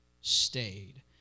stayed